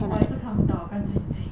我也是看不到我关着眼睛